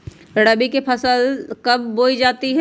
रबी की फसल कब बोई जाती है?